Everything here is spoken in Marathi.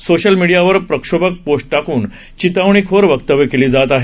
सोशल मीडियावर प्रक्षोभक पोस्ट टाकून चिथावणीखोर वक्तव्ये केली जात आहेत